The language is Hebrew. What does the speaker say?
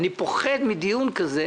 אני פוחד מדיון כזה,